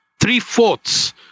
three-fourths